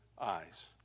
eyes